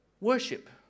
Worship